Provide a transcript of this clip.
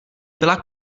byla